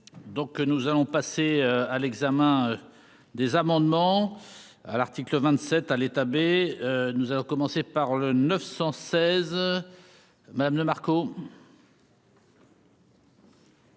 nous allons passer à l'examen des amendements à l'article 27 à l'état B, nous allons commencer par le 916 madame de Marco.